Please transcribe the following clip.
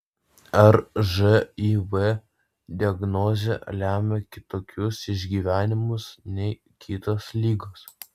ar živ diagnozė lemia kitokius išgyvenimus nei kitos ligos